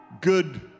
good